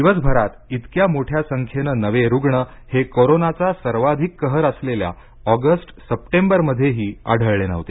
दिवस भरात इतक्या मोठ्या संख्येनं नवे रुग्ण हे कोरोनाचा सर्वाधिक कहर असलेल्या ऑगस्ट सप्टेबरमध्येही आढळले नव्हते